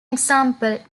example